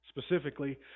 specifically